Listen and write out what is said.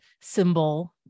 symbol